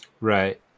Right